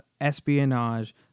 espionage